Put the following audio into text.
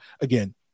again